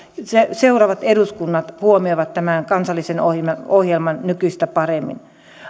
seuraavat eduskunnat huomioivat tämän kansallisen ohjelman ohjelman nykyistä paremmin